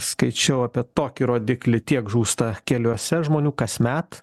skaičiau apie tokį rodiklį tiek žūsta keliuose žmonių kasmet